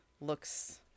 looks